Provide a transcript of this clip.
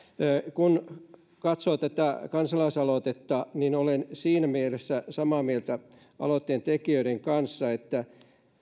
kun katsoo tätä kansalaisaloitetta niin olen siinä mielessä samaa mieltä aloitteen tekijöiden kanssa että